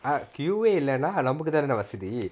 ah queue இல்லனா நமக்கு தான வசதி:illana namakku thana vasathi